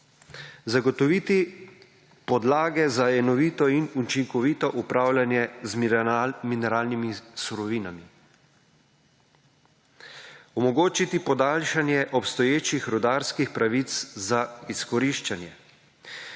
zagotoviti podlage za enovito in učinkovito upravljanje z mineralnimi surovinami, omogočiti podaljšanje obstoječih rudarskih pravic za izkoriščanje,